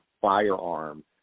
firearm